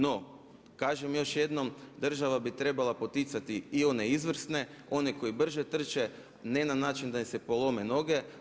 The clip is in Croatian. No, kažem još jednom država bi trebala poticati i one izvrsne, one koji brže trče ne na način da im se polome noge.